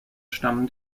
stamm